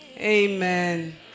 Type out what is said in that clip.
Amen